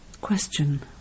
Question